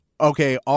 okay